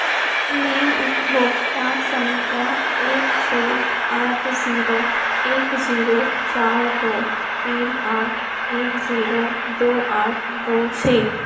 मैं उपभोक्ता संख्या एक छः आठ जीरो एक जीरो चार दो तीन आठ एक जीरो दो आठ दो छः